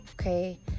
Okay